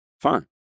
fine